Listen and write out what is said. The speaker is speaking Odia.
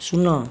ଶୂନ